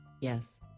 Yes